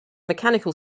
mechanical